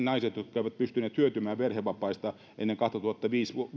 naiset jotka eivät pystyneet hyötymään perhevapaista ennen kaksituhattaviisi